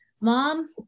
mom